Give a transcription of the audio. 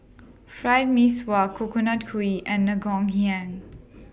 Fried Mee Sua Coconut Kuih and Ngoh Hiang